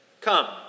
Come